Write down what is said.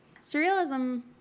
Surrealism